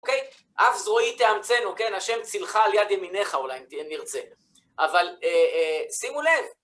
אוקיי? אף זרועי תאמצנו, כן? השם צילך על יד ימיניך, אולי, אם נרצה. אבל שימו לב!